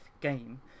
game